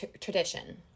tradition